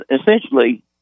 essentially